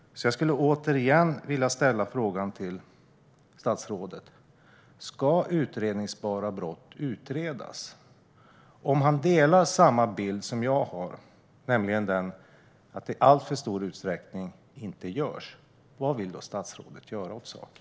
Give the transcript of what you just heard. Jag skulle återigen vilja ställa frågan till statsrådet: Ska utredningsbara brott utredas? Om han delar den bild som jag har, nämligen att detta i alltför stor utsträckning inte görs, vad vill då statsrådet göra åt saken?